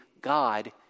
God